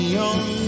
young